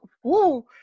whoa